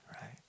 right